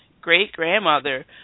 great-grandmother